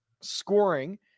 scoring